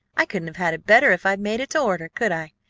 i couldn't have had it better if i'd made it to order, could i?